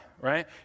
right